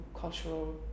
cultural